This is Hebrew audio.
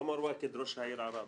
עומר ותד, ראש העיר עראבה,